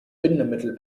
bindemittel